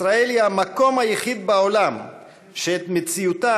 ישראל היא המקום היחיד בעולם שאת מציאותו